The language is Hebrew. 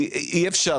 אביעד,